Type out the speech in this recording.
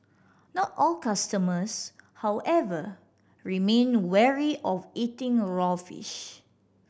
not all customers however remain wary of eating raw fish